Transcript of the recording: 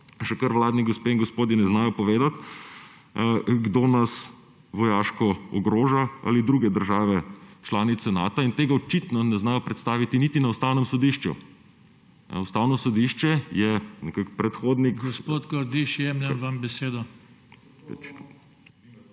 še kar vladni gospe in gospodje ne znajo povedati, kdo nas vojaško ogroža, ali druge države članice Nata. In tega očitno ne znajo predstaviti niti za Ustavnem sodišču. Ustavno sodišče je nekako predhodnik … **PODPREDSEDNIK JOŽE TANKO:** Gospod Kordiš, jemljem vam besedo.